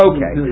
Okay